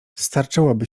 starczyłoby